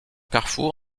carrefour